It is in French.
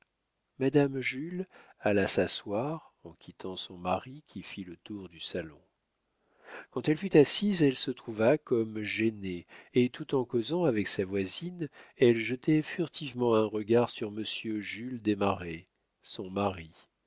madame jules alla s'asseoir en quittant son mari qui fit le tour du salon quand elle fut assise elle se trouva comme gênée et tout en causant avec sa voisine elle jetait furtivement un regard sur monsieur jules desmarets son mari